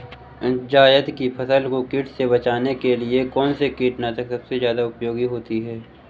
जायद की फसल को कीट से बचाने के लिए कौन से कीटनाशक सबसे ज्यादा उपयोगी होती है?